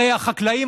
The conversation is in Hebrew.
הרי החקלאים,